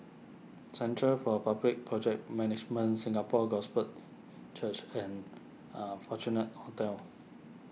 Centre for Public Project Management Singapore Gospel Church and a Fortuna Hotel